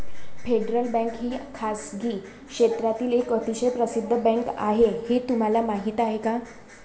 Federal bank ही खासगी क्षेत्रातील एक अतिशय प्रसिद्ध बँक आहे हे तुम्हाला माहीत आहे का?